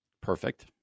Perfect